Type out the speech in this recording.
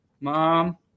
Mom